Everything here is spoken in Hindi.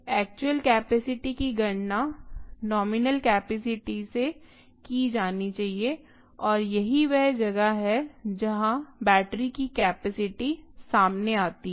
एक्चुअल कैपेसिटी की गणना नोमिनल कैपेसिटी से की जानी चाहिए और यही वह जगह है जहाँ बैटरी की कैपेसिटी सामने आती है